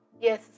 yes